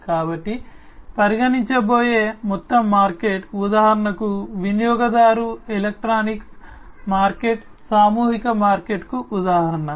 కాబట్టి పరిగణించబోయే మొత్తం మార్కెట్ ఉదాహరణకు వినియోగదారు ఎలక్ట్రానిక్స్ మార్కెట్ సామూహిక మార్కెట్కు ఉదాహరణ